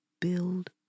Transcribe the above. build